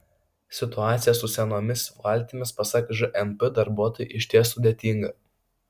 situacija su senomis valtimis pasak žnp darbuotojų išties sudėtinga